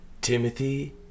Timothy